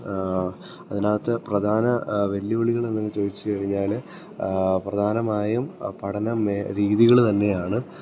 അതിനകത്ത് പ്രധാന വെല്ലുവിളികൾ എന്ന് ചോദിച്ച് കഴിഞ്ഞാൽ പ്രധാനമായും പഠനം രീതികൾ തന്നെയാണ്